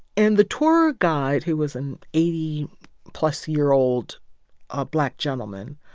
and the tour guide, who was an eighty plus year old ah black gentleman,